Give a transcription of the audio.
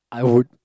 I would